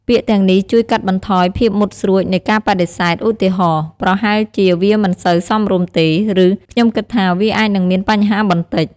ពាក្យទាំងនេះជួយកាត់បន្ថយភាពមុតស្រួចនៃការបដិសេធ ឧទាហរណ៍ "ប្រហែលជាវាមិនសូវសមរម្យទេ" ឬ "ខ្ញុំគិតថាវាអាចនឹងមានបញ្ហាបន្តិច"។